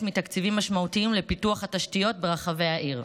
מתקציבים משמעותיים לפיתוח התשתיות ברחבי העיר.